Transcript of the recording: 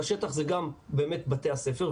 והשטח זה גם באמת בתי הספר,